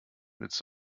willst